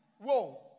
Whoa